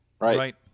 right